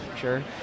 Sure